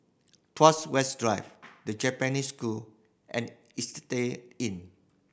Tuas West Drive The Japanese School and Istay Inn